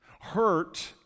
hurt